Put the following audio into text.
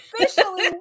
officially